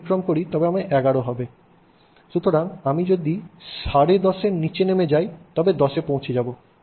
সুতরাং আমি যদি সাড়ে দশের নীচে নেমে যাই তবে আমি 10 এ পৌঁছে যাব